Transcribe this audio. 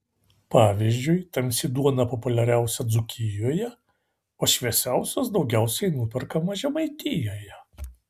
pavyzdžiui tamsi duona populiariausia dzūkijoje o šviesios daugiausiai nuperkama žemaitijoje